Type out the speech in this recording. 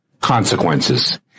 consequences